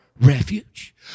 refuge